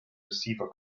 receiver